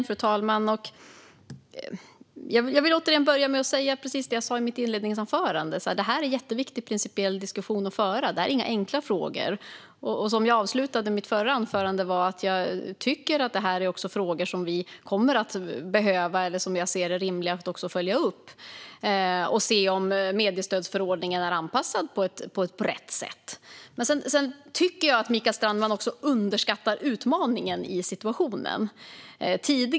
Fru talman! Jag vill återigen börja med att säga precis det jag sa i mitt inledningsanförande. Det här är en jätteviktig principiell diskussion att föra, och det här är inga enkla frågor. Jag avslutade mitt förra anförande med att säga att jag också tycker att det här är frågor som vi kommer att behöva följa upp och som jag ser som rimliga att följa upp för att se om mediestödsförordningen är anpassad på rätt sätt. Jag tycker dock att Mikael Strandman underskattar utmaningen i situationen.